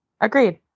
Agreed